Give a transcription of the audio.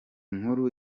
nkuru